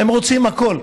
הם רוצים הכול.